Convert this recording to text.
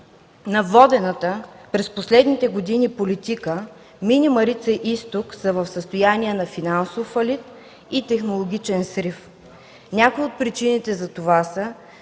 на водената през последните години политика „Мини Марица-изток” са в състояние на финансов фалит и технологичен срив. Някои от причините за това са,